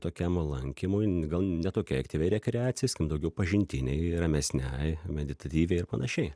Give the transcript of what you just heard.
tokiam lankymui n gal ne tokiai aktyviai rekreacijai ten daugiau pažintinei ramesnei meditatyviai ir panašiai